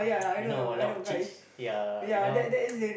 you know !walao! chicks ya you know